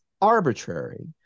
arbitrary